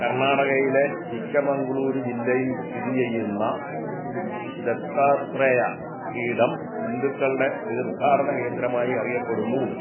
കർണാടകയിലെ ചിക്കമംഗളൂരു ജില്ലയിൽ സ്ഥിതി ചെയ്യുന്ന ദത്താത്രേയ പീഠം ഹിന്ദുക്കളുടെ തീർത്ഥാടന കേന്ദ്രമായി അറിയപ്പെടുന്നു